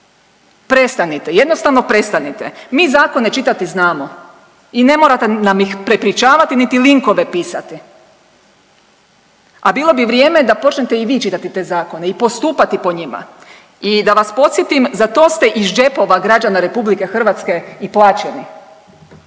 Prestanite, jednostavno prestanite. Mi zakone čitati znamo i ne morate nam ih prepričavati niti linkove pisati. A bilo bi vrijeme da počnete i vi čitati te zakone i postupati po njima. I da vas podsjetim, za to ste iz džepova građana RH i plaćeni.